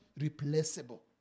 replaceable